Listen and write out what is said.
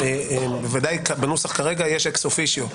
ודאי בנוסח כרגע יש אקס אופיציו,